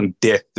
death